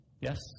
Yes